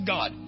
God